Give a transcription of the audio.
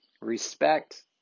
respect